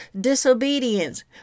disobedience